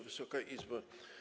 Wysoka Izbo!